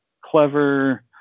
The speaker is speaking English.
clever